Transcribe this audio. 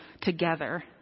together